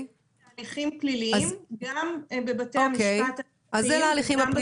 לגבי הליכים פליליים גם בבתי המשפט הצבאיים.